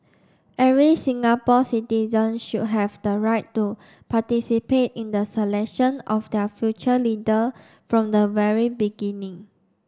every Singapore citizen should have the right to participate in the selection of their future leader from the very beginning